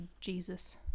Jesus